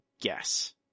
guess